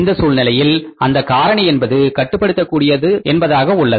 இந்த சூழ்நிலையில் அந்த காரணி என்பது கட்டுப்படுத்தக் கூடியதாக உள்ளது